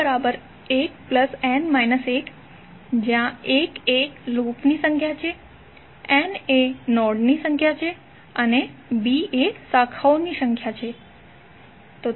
તો bln 1 જ્યા l એ લૂપની સંખ્યા છે n એ નોડ્સની સંખ્યા છે અને b એ શાખાઓની સંખ્યા છે